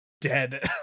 dead